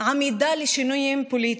עמידה לשינויים פוליטיים.